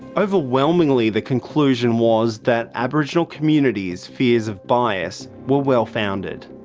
overwhelmingly the conclusion was that aboriginal communities' fears of bias were well founded.